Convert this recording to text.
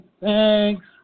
Thanks